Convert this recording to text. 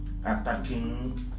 attacking